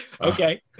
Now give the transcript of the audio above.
Okay